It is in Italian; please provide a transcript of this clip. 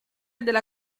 della